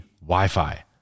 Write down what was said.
Wi-Fi